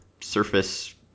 surface